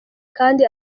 kandi